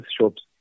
shops